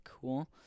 cool